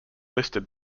listed